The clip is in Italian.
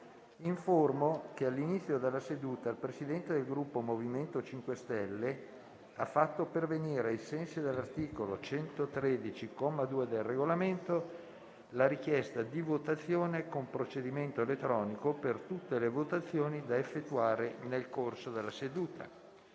che all'inizio della seduta il Presidente del Gruppo MoVimento 5 Stelle ha fatto pervenire, ai sensi dell'articolo 113, comma 2, del Regolamento, la richiesta di votazione con procedimento elettronico per tutte le votazioni da effettuare nel corso della seduta.